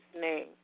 name